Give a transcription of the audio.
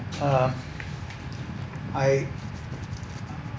um I